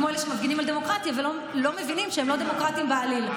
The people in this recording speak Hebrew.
כמו אלה שמפגינים על דמוקרטיה ולא מבינים שהם לא דמוקרטיים בעליל.